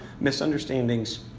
misunderstandings